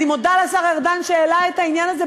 אני מודה לשר ארדן שהעלה את העניין הזה,